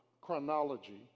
chronology